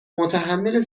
متحمل